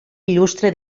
il·lustre